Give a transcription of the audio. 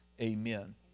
amen